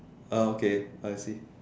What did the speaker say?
ah okay I see